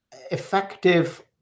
effective